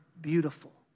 beautiful